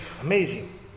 Amazing